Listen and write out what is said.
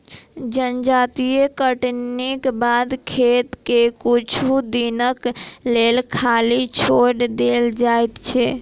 जजाति कटनीक बाद खेत के किछु दिनक लेल खाली छोएड़ देल जाइत छै